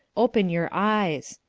open your eyes.